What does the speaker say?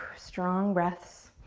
strong breaths,